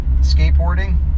skateboarding